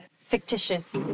fictitious